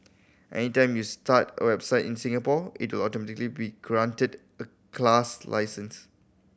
anytime you start a website in Singapore it will automatically be granted a class license